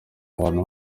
ahantu